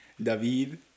David